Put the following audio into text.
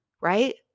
Right